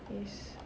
yes